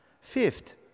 Fifth